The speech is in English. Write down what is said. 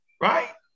right